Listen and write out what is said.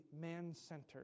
man-centered